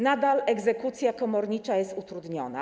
Nadal egzekucja komornicza jest utrudniona.